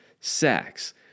sex